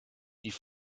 die